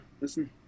listen